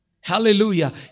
Hallelujah